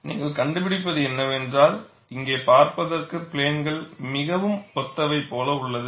எனவே நீங்கள் கண்டுபிடிப்பது என்னவென்றால் இங்கே பார்ப்பதற்கு பிளேன்கள் மிகவும் ஒத்தவை போல உள்ளது